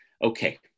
Okay